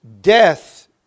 death